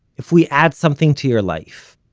if we add something to your life,